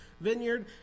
vineyard